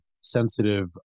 sensitive